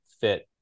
fit